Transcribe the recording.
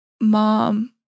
mom